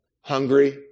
hungry